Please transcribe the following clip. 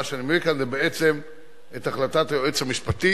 מה שאני מביא כאן זה את החלטת היועץ המשפטי,